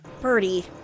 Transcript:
Birdie